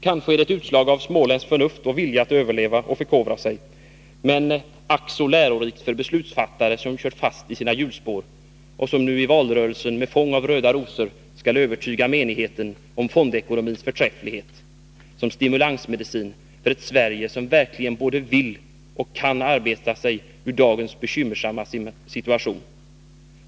Kanske är det ett utslag av småländskt förnuft och vilja att överleva och förkovra sig — men ack, så lärorikt för beslutsfattare som kört fast i sina hjulspår och som nu i valrörelsen med fång av röda rosor skall övertyga menigheten om fondekonomins förträfflighet som stimulansmedicin för ett Sverige som verkligen både vill och kan arbeta sig ur dagens bekymmersamma situation.